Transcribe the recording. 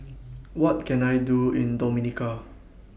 What Can I Do in Dominica